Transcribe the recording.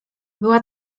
była